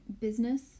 business